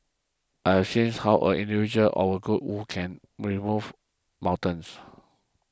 I have seen how as an individual or a group we can move mountains